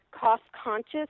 cost-conscious